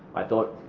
i thought,